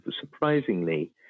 surprisingly